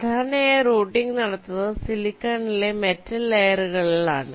സാധാരണയായി റൂട്ടിംഗ് നടത്തുന്നത് സിലിക്കൺ ലെ മെറ്റൽ ലയേറുകളിൽ ആണ്